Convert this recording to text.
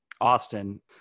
Austin